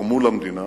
שתרמו למדינה